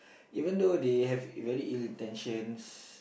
even though they have very ill intentions